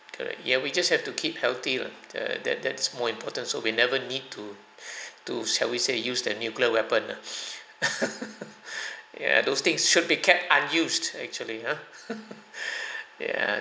correct ya we just have to keep healthy lah err that that's more important so we'll never need to to shall we say use the nuclear weapon ah ya those things should be kept unused actually !huh! ya